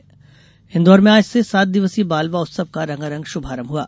इंदौर उत्सव इंदौर में आज से सात दिवसीय मालवा उत्सव का रंगारंग शुभारंभ हुआ